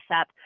up